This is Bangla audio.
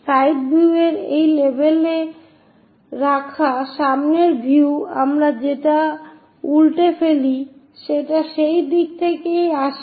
সাইড ভিউর এই লেভেলে রাখা সামনের ভিউ আমরা যেটা উল্টে ফেলি সেটা সেই দিক থেকেই আসে